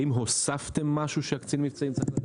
האם הוספתם משהו שקצין המבצעים צריך לדעת?